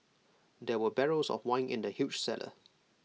there were barrels of wine in the huge cellar